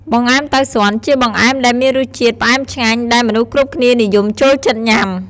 បង្អែមតៅស៊ន ជាបង្អែមដែលមានរសជាតិផ្អែមឆ្ងាញ់ដែលមនុស្សគ្រប់គ្នានិយមចូលចិត្តញុំា។